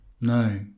No